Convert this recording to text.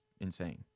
insane